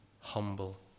humble